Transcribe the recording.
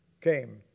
came